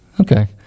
Okay